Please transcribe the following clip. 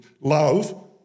love